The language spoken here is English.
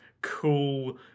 cool